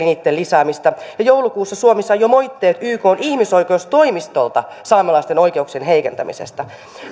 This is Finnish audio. niitten lisäämistä joulukuussa suomi sai jo moitteet ykn ihmisoikeustoimistolta saamelaisten oikeuksien heikentämisestä